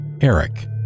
Eric